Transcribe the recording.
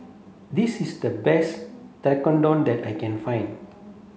this is the best Tekkadon that I can find